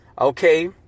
Okay